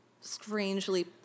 strangely